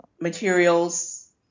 materials